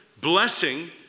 blessing